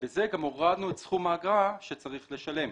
ובזה גם הורדנו את סכום האגרה שצריך לשלם.